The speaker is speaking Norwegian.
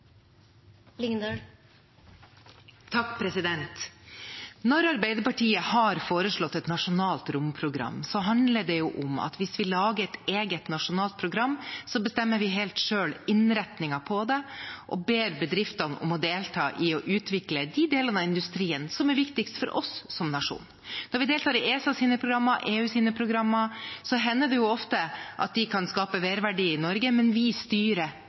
Når Arbeiderpartiet har foreslått et nasjonalt romprogram, handler det om at hvis vi lager et eget, nasjonalt program, bestemmer vi helt selv innretningen på det og ber bedriftene om å delta i å utvikle de delene av industrien som er viktigst for oss som nasjon. Når vi deltar i ESAs programmer og i EUs programmer, hender det ofte at de kan skape merverdi i Norge, men vi styrer